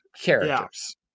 characters